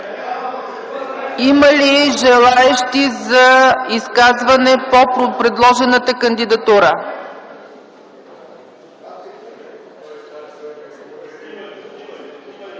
Има ли желаещи за изказване по предложената кандидатура?